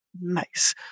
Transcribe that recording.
Nice